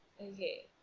Okay